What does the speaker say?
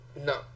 No